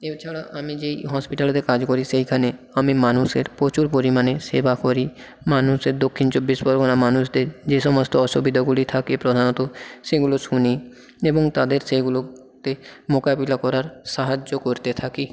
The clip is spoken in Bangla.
এছাড়া আমি যেই হসপিটালেতে কাজ করি সেইখানে আমি মানুষের প্রচুর পরিমাণে সেবা করি মানুষের দক্ষিণ চব্বিশ পরগনার মানুষদের যে সমস্ত অসুবিধাগুলি থাকে প্রধানত সেগুলো শুনি এবং তাদের সেইগুলোতে মোকাবিলা করার সাহায্য করতে থাকি